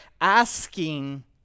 asking